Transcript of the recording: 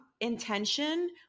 intention